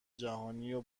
جهانیو